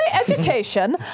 education